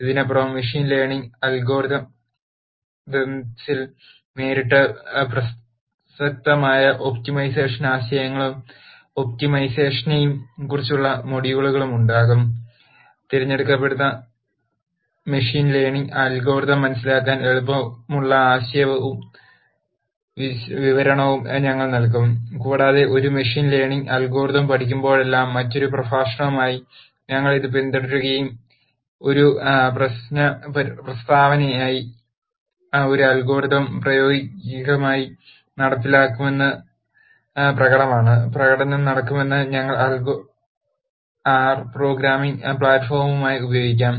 ഇതിനപ്പുറം machine learning അൽ ഗോരിതംസിൽ നേരിട്ട് പ്രസക്തമായ ഒപ്റ്റിമൈസേഷൻ ആശയങ്ങളെയും ഒപ്റ്റിമൈസേഷനെയും കുറിച്ചുള്ള മൊഡ്യൂളുകളും ഉണ്ടാകും തിരഞ്ഞെടുത്ത മെഷീൻ ലേണിംഗ് അൽ ഗോരിതം മനസിലാക്കാൻ എളുപ്പമുള്ള ആശയപരവും വിവരണങ്ങളും ഞങ്ങൾ നൽകും കൂടാതെ ഒരു മെഷീൻ ലേണിംഗ് അൽ ഗോരിതം പഠിപ്പിക്കുമ്പോഴെല്ലാം മറ്റൊരു പ്രഭാഷണവുമായി ഞങ്ങൾ ഇത് പിന്തുടരും ഒരു പ്രശ്ന പ്രസ്താവനയ് ക്കായി ഒരു അൽ ഗോരിതം പ്രായോഗികമായി നടപ്പിലാക്കുന്നത് പ്രകടമാണ് പ്രകടനം നടക്കുമെന്ന് ഞങ്ങൾ ആർ പ്രോഗ്രാമിംഗ് പ്ലാറ്റ് ഫോമായി ഉപയോഗിക്കും